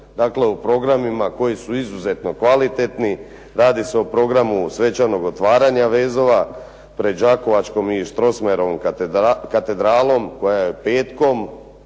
dakle u programima koji su izuzetno kvalitetni, radi se o programu svečanog otvaranja vezova pred Đakovačkom i Strossmayerovom katedralom koja je petkom,